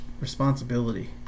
responsibility